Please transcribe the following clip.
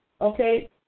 Okay